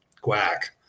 quack